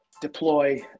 deploy